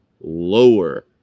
lower